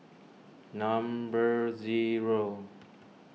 number zero